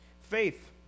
Faith